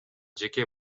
жеке